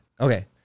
Okay